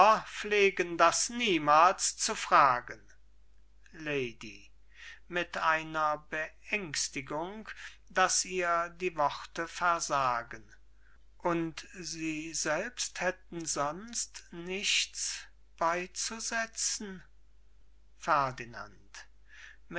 pflegen das niemals zu fragen lady mit einer beängstigung daß ihr die worte versagen und sie selbst hätten sonst nichts beizusetzen